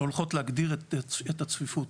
שהולכות להגדיר את הצפיפות.